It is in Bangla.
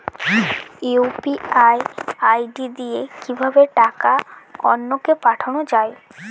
ইউ.পি.আই আই.ডি দিয়ে কিভাবে টাকা অন্য কে পাঠানো যায়?